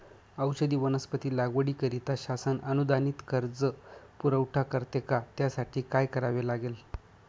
औषधी वनस्पती लागवडीकरिता शासन अनुदानित कर्ज पुरवठा करते का? त्यासाठी काय करावे लागेल?